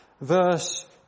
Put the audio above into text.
Verse